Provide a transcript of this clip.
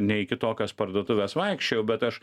ne į kitokias parduotuves vaikščiojau bet aš